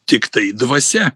tiktai dvasia